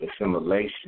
assimilation